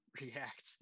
react